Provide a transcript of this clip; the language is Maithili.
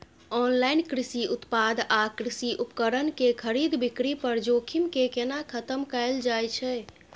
ऑनलाइन कृषि उत्पाद आ कृषि उपकरण के खरीद बिक्री पर जोखिम के केना खतम कैल जाए छै?